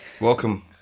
Welcome